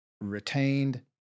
retained